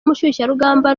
umushyushyarugamba